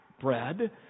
bread